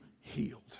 healed